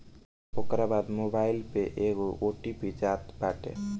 ओकरी बाद मोबाईल पे एगो ओ.टी.पी जात बाटे